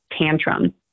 tantrum